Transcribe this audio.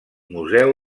museu